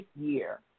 year